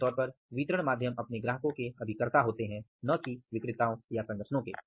मोटे तौर पर वितरण माध्यम अपने ग्राहकों के अभिकर्ता होते हैं न की विक्रेताओं या संगठनों